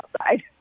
outside